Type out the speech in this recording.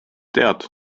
tead